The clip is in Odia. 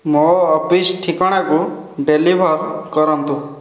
ମୋ ଅଫିସ୍ ଠିକଣାକୁ ଡେଲିଭର୍ କରନ୍ତୁ